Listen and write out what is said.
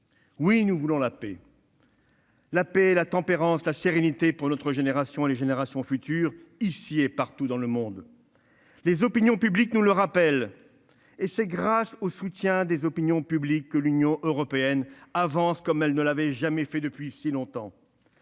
Oui, nous voulons la paix, la tempérance, la sérénité pour notre génération et les générations futures, ici et partout dans le monde ! Les opinions publiques nous y invitent. C'est grâce au soutien des opinions publiques que l'Union européenne progresse comme elle ne l'avait pas fait depuis si longtemps.